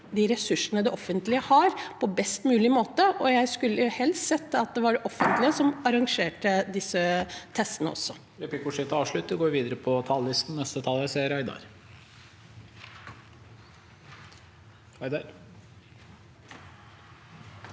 ressursene det offentlige har, på en best mulig måte. Jeg skulle helst sett at det var det offentlige som arrangerte disse testene.